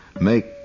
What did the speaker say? make